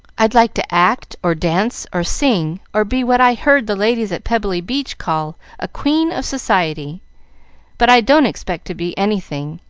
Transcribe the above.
i'd like to act, or dance, or sing, or be what i heard the ladies at pebbly beach call a queen of society but i don't expect to be anything,